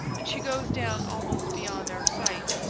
and she goes down almost beyond our sight,